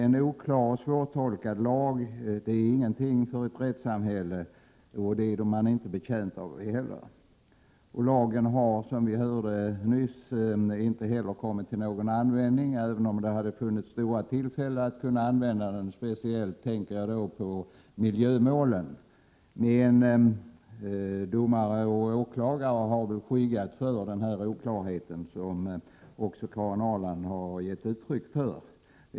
En oklar och svårtolkad lag är ingenting för ett rättssamhälle; det är man inte heller betjänt av. Lagen har, som vi nyss hörde, inte heller kommit till användning, även om det funnits goda tillfällen att använda den; speciellt tänker jag då på miljömålen. Men domare och åklagare har väl skyggat för oklarheten — den uppfattningen har också Karin Ahrland givit uttryck för.